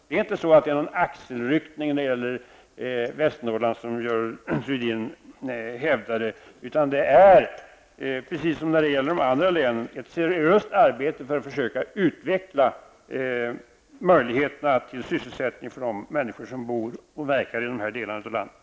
Det är inte fråga om att rycka på axlarna åt Västernorrlands problem, som Görel Thurdin hävdade, utan precis som när det gäller andra län pågår det ett seriöst arbete för att försöka utveckla möjligheterna till sysselsättning för de människor som bor och verkar i dessa delar av landet.